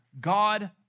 God